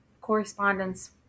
correspondence